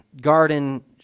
garden